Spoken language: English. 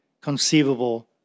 conceivable